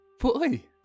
boy